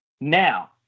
Now